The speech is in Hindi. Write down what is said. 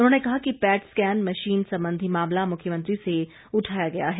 उन्होंने कहा कि पैट स्कैन मशीन संबंधी मामला मुख्यमंत्री से उठाया गया है